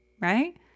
right